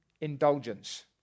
indulgence